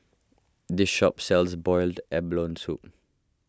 this shop sells Boiled Abalone Soup